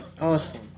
Awesome